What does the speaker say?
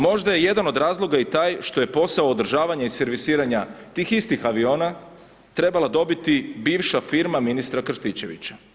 Možda je jedan od razloga i taj što je posao održavanja i servisiranja tih istih aviona trebala dobiti bivša firma ministra Krstičevića.